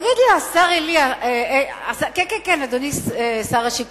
תגיד לי אתה, כן, כן, שר השיכון.